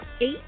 eight